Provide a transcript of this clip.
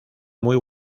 muy